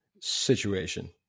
situation